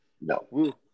no